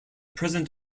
present